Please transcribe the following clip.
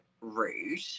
rude